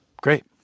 Great